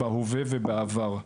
בהווה ובעבר,